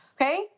okay